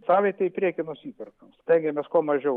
savaitei į priekį nusiperkam stengiamės kuo mažiau